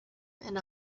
and